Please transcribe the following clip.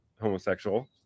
homosexual